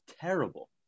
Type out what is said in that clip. terrible